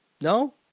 No